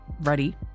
ready